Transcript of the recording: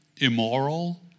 immoral